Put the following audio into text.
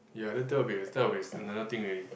ya then that will be that will be another thing already